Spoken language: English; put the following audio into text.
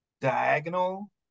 diagonal